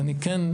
ואני כן,